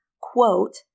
quote